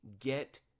get